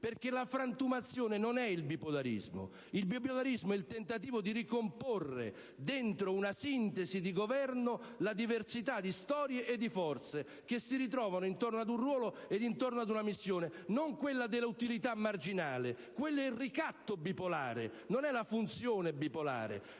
La frantumazione non è il bipolarismo: il bipolarismo è il tentativo di ricomporre dentro una sintesi di governo la diversità di storie e di forze che si ritrovano intorno a un ruolo e a una missione. Non si tratta dell'utilità marginale: quello è il ricatto bipolare, non la funzione bipolare,